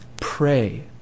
pray